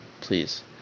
please